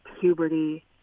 puberty